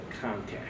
contact